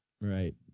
Right